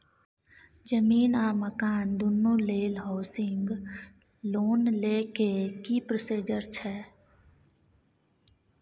जमीन आ मकान दुनू लेल हॉउसिंग लोन लै के की प्रोसीजर छै?